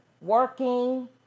working